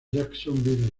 jacksonville